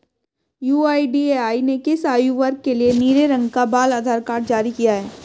UIDAI ने किस आयु वर्ग के लिए नीले रंग का बाल आधार कार्ड जारी किया है?